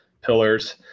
pillars